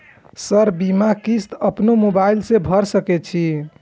Sir बीमा किस्त अपनो मोबाईल से भर सके छी?